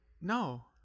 no